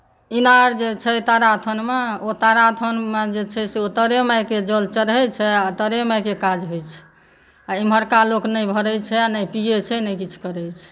इनार जे छै तारा स्थानमे ओ तारा स्थानमे जे छै से ओतऽ तारेमाईकेँ जल चढ़ैछै आ तारेमाईकेँ काज होइछै आ इम्हरका लोक नहि भरै छै आ नहि पियै छै नहि किछ करैछै